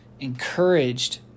encouraged